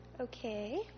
Okay